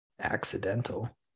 Accidental